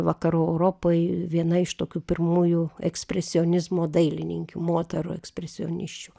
vakarų europoj viena iš tokių pirmųjų ekspresionizmo dailininkių moterų ekspresionisčių